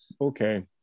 okay